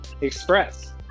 express